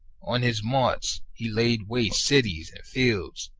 on his march he laid waste cities and fields,